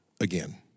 again